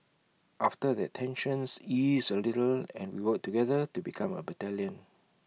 after that tensions ease A little and we work together to become A battalion